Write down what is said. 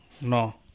no